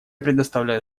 предоставляю